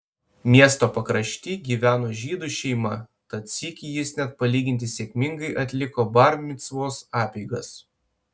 miesto pakrašty gyveno žydų šeima tad sykį jis net palyginti sėkmingai atliko bar micvos apeigas